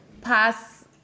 pass